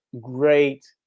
great